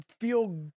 feel